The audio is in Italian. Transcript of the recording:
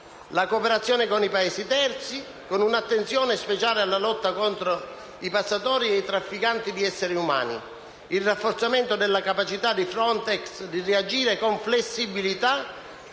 la cooperazione con i Paesi terzi, con un'attenzione speciale alla lotta contro i passatori e i trafficanti di esseri umani; il rafforzamento della capacità dell'Agenzia Frontex di reagire con flessibilità